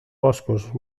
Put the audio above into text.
boscos